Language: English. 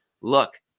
look